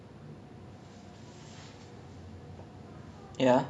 ya like அவ:ava direct பண்ண:panna one of the few masterpieces னா இதாண்டா:naa ithaandaa